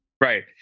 Right